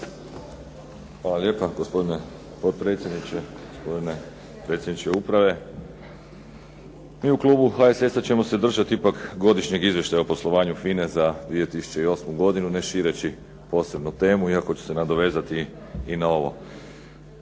Hvala lijepa. Gospodine potpredsjedniče, gospodine predsjedniče uprave. Mi u klubu HSS-a ćemo se držati ipak Godišnjeg izvještaja o poslovanju FINA-e za 2008. godinu ne šireći posebno temu iako ću se nadovezati i na ovo.